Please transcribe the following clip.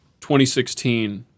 2016